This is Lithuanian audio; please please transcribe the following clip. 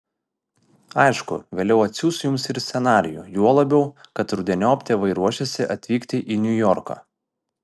aišku vėliau atsiųs jums ir scenarijų juo labiau kad rudeniop tėvai ruošiasi atvykti į niujorką